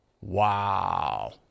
Wow